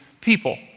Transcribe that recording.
people